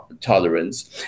tolerance